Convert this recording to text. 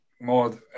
more